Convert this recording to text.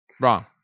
wrong